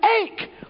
ache